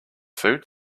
food